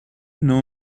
know